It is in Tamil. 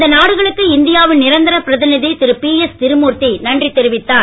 இந்த நாடுகளுக்கு இந்தியாவின் நிரந்தர பிரதிநிதி திரு பிஎஸ் திருமூர்த்தி நன்றி தெரிவித்தார்